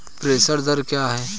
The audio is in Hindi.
प्रेषण दर क्या है?